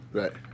right